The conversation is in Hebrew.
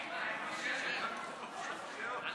התשע"ח 2017,